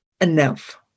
enough